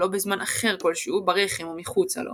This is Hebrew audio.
ולא בזמן אחר כלשהו - ברחם או מחוצה לו.